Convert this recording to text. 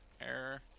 Error